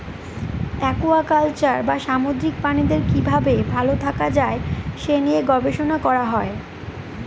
aquaculture বা সামুদ্রিক প্রাণীদের কি ভাবে ভালো থাকা যায় সে নিয়ে গবেষণা করা হয়